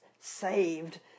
saved